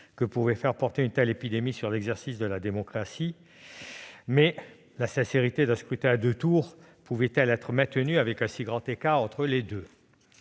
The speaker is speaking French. que pouvait faire peser une telle épidémie sur l'exercice de la démocratie, mais la sincérité d'un scrutin à deux tours pouvait-elle être maintenue avec un si grand écart entre les deux